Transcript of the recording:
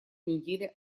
неделе